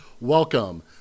Welcome